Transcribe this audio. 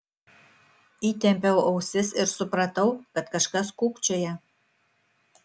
įtempiau ausis ir supratau kad kažkas kūkčioja